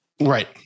Right